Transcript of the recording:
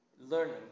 learning